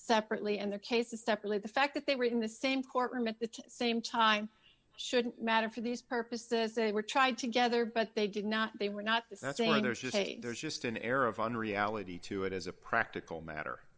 separately and their cases separately the fact that they were in the same courtroom at the same time shouldn't matter for these purposes they were tried together but they did not they were not that's why there's just a there's just an air of unreality to it as a practical matter